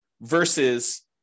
versus